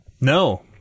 No